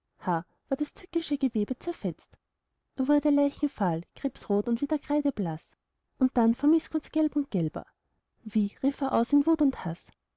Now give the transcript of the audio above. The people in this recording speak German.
war das tückische gewebe zerfetzt er wurde leichenfahl krebsrot und wieder kreideblaß und dann vor mißgunst gelb und gelber wie rief er aus in wut und haß